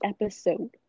episode